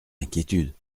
inquiétudes